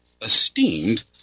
esteemed